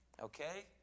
Okay